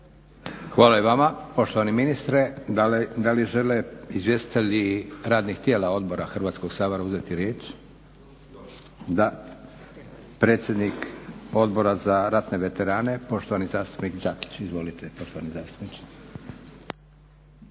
Hvala i vama poštovani ministre. Da li žele izvjestitelji radnih tijela odbora Hrvatskog sabora uzeti riječ? Da. Predsjednik Odbora za ratne veterane poštovani zastupnik Đakić. Izvolite poštovani zastupniče.